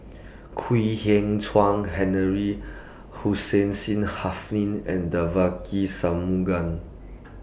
Kwek Hian Chuan Henry Hussein Seen and Devagi Sanmugam